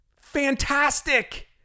Fantastic